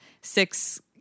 six